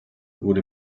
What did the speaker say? wurde